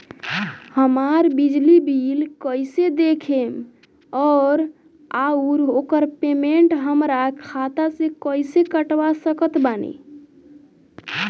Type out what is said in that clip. हमार बिजली बिल कईसे देखेमऔर आउर ओकर पेमेंट हमरा खाता से कईसे कटवा सकत बानी?